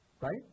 Right